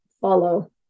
follow